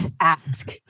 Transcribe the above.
ask